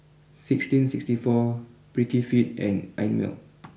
sixteen sixty four Prettyfit and Einmilk